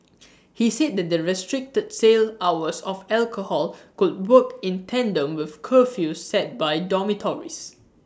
he said that the restricted sale hours of alcohol could work in tandem with curfews set by dormitories